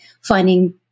finding